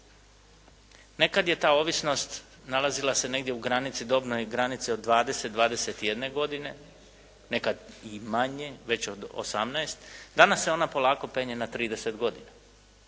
Nekad je ta ovisnost nalazila se negdje u granici dobnoj, granici od 20, 21 godine, nekad i manje, već od 18. Danas se ona polako penje na 30 godina.